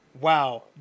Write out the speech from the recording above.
Wow